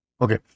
okay